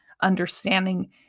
Understanding